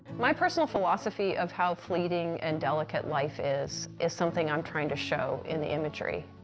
my personal philosophy of how fleeting and delicate life is is something i'm trying to show in the imagery,